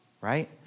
right